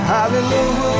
Hallelujah